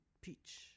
peach